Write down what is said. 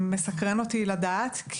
מסקרן אותי לדעת.